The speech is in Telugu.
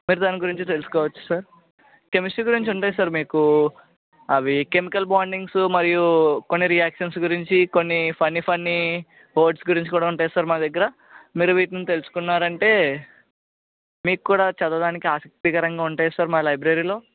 మీరు దాని గురించి తెలుసుకోవచ్చు సార్ కెమిస్ట్రీ గురించి ఉంటాయి సార్ మీకు అవి కెమికల్ బాండింగ్స్ మరియు కొన్ని రియాక్షన్స్ గురించి కొన్ని ఫన్నీ ఫన్నీ వర్డ్స్ గురించి కూడా ఉంటాయి సార్ మా దగ్గర మీరు వీటిని తెలుసుకున్నారంటే మీకు కూడా చదవడానికి అసక్తికరంగా ఉంటాయి సార్ మా లైబ్రరీలో